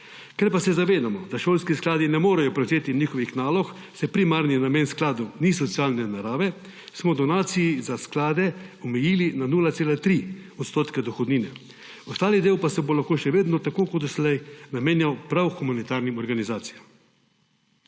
Ker pa se zavedamo, da šolski skladi ne morejo prevzeti njihovih nalog, saj primarni namen skladov ni socialne narave, smo donacije za sklade omejili na 0,3 % dohodnine, ostali del pa se bo lahko še vedno tako kot doslej namenjal prav humanitarnim organizacijam.